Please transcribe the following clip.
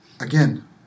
Again